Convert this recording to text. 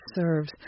serves